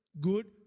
good